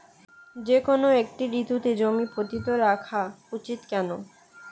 যেকোনো একটি ঋতুতে জমি পতিত রাখা উচিৎ কেন?